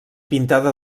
pintada